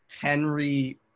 henry